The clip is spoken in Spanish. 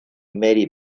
mary